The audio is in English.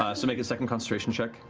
ah so make a second concentration check.